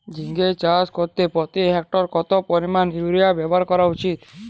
ঝিঙে চাষ করতে প্রতি হেক্টরে কত পরিমান ইউরিয়া ব্যবহার করা উচিৎ?